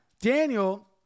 Daniel